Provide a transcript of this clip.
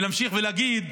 להמשיך ולהגיד